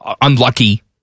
unlucky